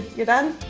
you're done?